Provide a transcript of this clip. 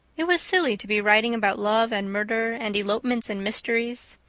it was silly to be writing about love and murder and elopements and mysteries.